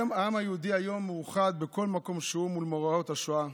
היום העם היהודי מאוחד בכל מקום שהוא מול מאורעות השואה.